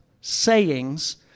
sayings